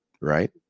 right